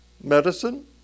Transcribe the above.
medicine